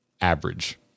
average